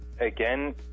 again